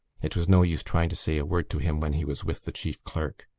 it was no use trying to say a word to him when he was with the chief clerk.